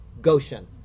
Goshen